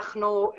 אנחנו,